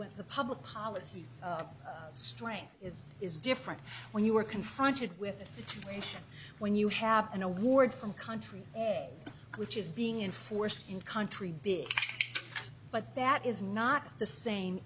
with a public policy strain it is different when you are confronted with a situation when you have an award from country which is being enforced in country big but that is not the same